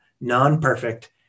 non-perfect